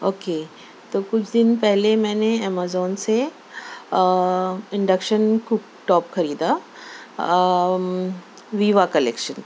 okay تو کچھ دِن پہلے میں نے ایمیزون سے انڈکشن کوک ٹوپ خریدا ویوا کلکشن